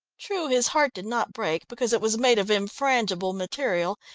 true, his heart did not break, because it was made of infrangible material,